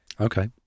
Okay